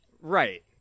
Right